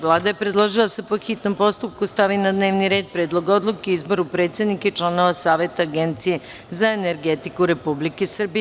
Vlada je predložila da se po hitnom postupku stavi na dnevni red – Predlog odluke o izboru predsednika i članova Saveta Agencije za energetiku Republike Srbije.